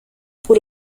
por